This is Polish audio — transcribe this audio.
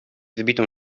wybitą